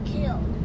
Killed